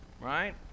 Right